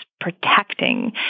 protecting